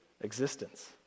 existence